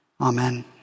Amen